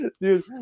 dude